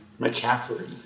McCaffrey